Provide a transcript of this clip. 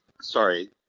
sorry